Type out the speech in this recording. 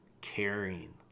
caring